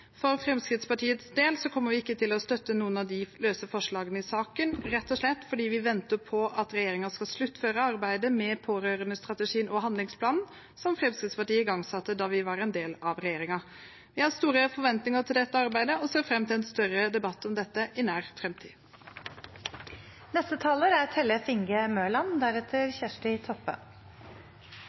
For Fremskrittspartiets del kommer vi ikke til å støtte noen av de løse forslagene i saken, rett og slett fordi vi venter på at regjeringen skal sluttføre arbeidet med pårørendestrategien og handlingsplanen, som Fremskrittspartiet igangsatte da vi var en del av regjeringen. Vi har store forventninger til dette arbeidet og ser fram til en større debatt om dette i nær